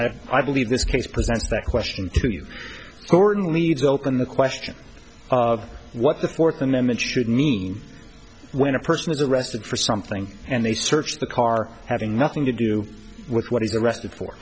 have i believe this case presents that question to you horton leaves open the question of what the fourth amendment should mean when a person is arrested for something and they search the car having nothing to do with what he's arrested for